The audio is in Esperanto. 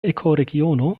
ekoregiono